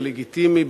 הלגיטימי,